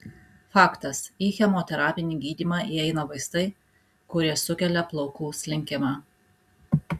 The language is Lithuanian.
faktas į chemoterapinį gydymą įeina vaistai kurie sukelia plaukų slinkimą